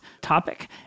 topic